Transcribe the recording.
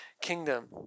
kingdom